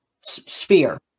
sphere